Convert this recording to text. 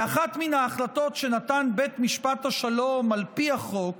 באחת מן ההחלטות שנתן בית משפט השלום על פי החוק